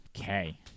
Okay